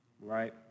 right